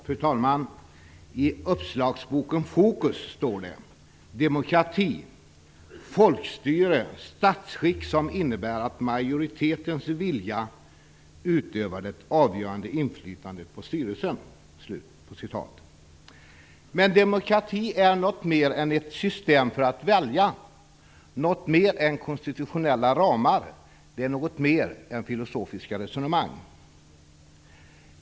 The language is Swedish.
Fru talman! I uppslagsboken Focus står det: "demokrati - folkstyre, statsskick som innebär att majoritetens vilja utövar det avgörande inflytandet på styrelsen". Men demokrati är något mer än ett system för att välja, något mer än konstitutionella ramar och något mer än filosofiska resonemang.